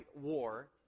war